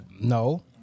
no